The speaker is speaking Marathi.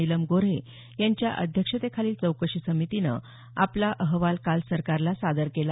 नीलम गो हे यांच्या अध्यक्षतेखालील चौकशी समितीनं आपला अहवाल काल सरकारला सादर केला